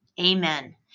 Amen